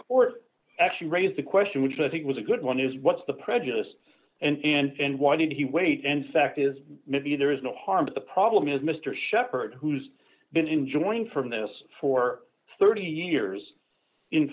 court actually raised the question which i think was a good one is what's the prejudice and why did he wait and fact is maybe there is no harm the problem is mr shepard who's been enjoying from this for thirty years in